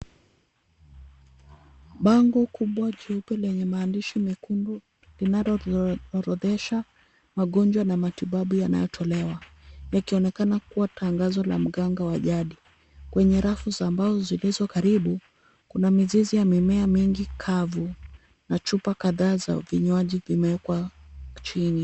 Bango kubwa jeupe lenye maandishi makubwa linaloorodhesha magonjwa ma matibabu yanayotolewa yakionekana kuwa tangazo la mganga wa jadi. Kwenye rafu za mbao zilizo karibu kuna mizizi ya mimea mingi kavu na chupa kadhaa za vinywaji vimewekwa chini.